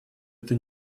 это